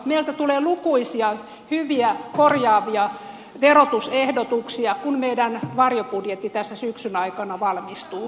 meiltä tulee lukuisia hyviä korjaavia verotusehdotuksia kun meidän varjobudjettimme tässä syksyn aikana valmistuu